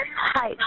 Hi